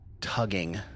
tugging